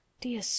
Dear